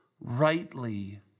rightly